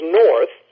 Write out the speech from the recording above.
north